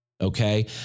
Okay